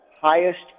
highest